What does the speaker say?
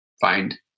find